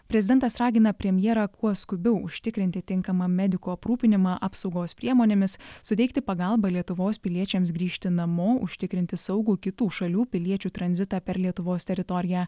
prezidentas ragina premjerą kuo skubiau užtikrinti tinkamą medikų aprūpinimą apsaugos priemonėmis suteikti pagalbą lietuvos piliečiams grįžti namo užtikrinti saugų kitų šalių piliečių tranzitą per lietuvos teritoriją